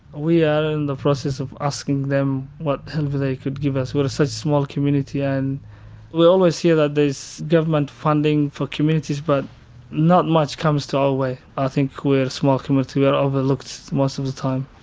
we are in the process of asking them what help they could give us. we a so small community, and we always hear that there's government funding for communities but not much comes to our way. i think we are a small community, we are overlooked most of the time.